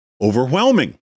Overwhelming